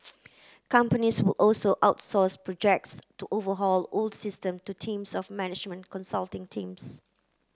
companies would also outsource projects to overhaul old system to teams of management consulting teams